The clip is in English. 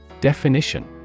Definition